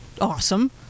awesome